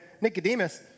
Nicodemus